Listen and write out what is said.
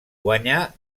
guanyà